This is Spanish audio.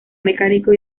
mecánico